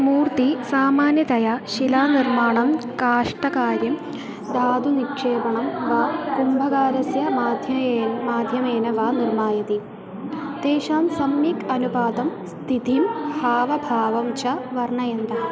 मूर्तिः सामान्यतया शिलानिर्माणं कष्टकार्यं दातु निक्षेपणं वा कुम्भकारस्य माध्ये एव माध्यमेन वा निर्मायति तेषां सम्यक् अनुपातं स्तिथिं हावभावं च वर्णयन्तः